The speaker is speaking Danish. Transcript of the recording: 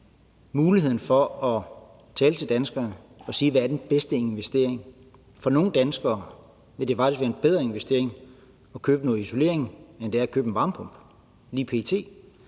bl.a. om at fortælle danskerne, hvad den bedste investering er. For nogle danskere vil det faktisk lige p.t. være en bedre investering at købe noget isolering, end det vil være at købe en varmepumpe.